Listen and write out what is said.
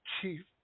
chief